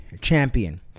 champion